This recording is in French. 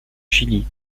chili